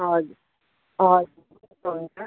हजुर हजुर हुन्छ हुन्छ